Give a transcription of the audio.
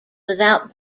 without